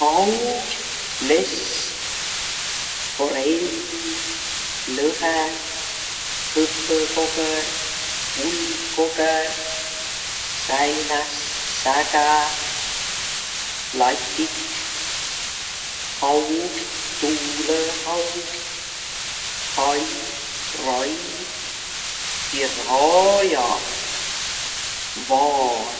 Haug, lest, forell, lõhe, hõpõkogõr, kuldkogõr, säinäs, sägä, latik, haug, tuulõhaug, hai, rai, piraaja, vaal.